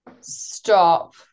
stop